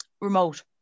remote